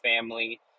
family